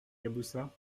caboussat